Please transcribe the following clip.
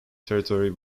territory